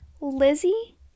Lizzie